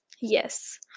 Yes